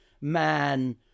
man